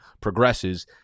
progresses